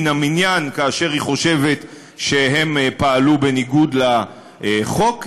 מן המניין כאשר היא חושבת שהם פעלו בניגוד לחוק,